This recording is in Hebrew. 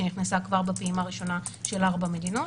שנכנסה כבר בפעימה הראשונה של ארבע מדינות,